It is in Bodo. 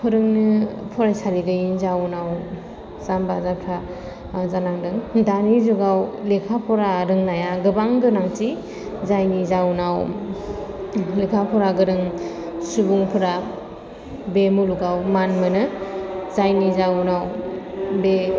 फोरोंनो फरायसालि गैयैनि जाउनाव जाम्बा जामथा जानांदों दानि जुगाव लेखा फरा रोंनाया गोबां गोनांथि जायनि जाउनाव लेखा फरा गोरों सुबुंफोरा बे मुलुगाव मान मोनो जायनि जाउनाव बे